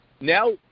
now –